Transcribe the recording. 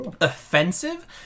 offensive